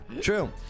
True